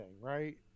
right